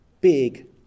big